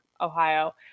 Ohio